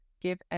give